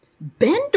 Bend